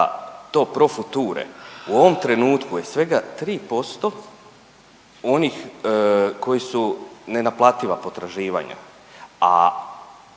to pro future u ovom trenutku je svega 3% onih koji su nenaplativa potraživanja,